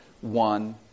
one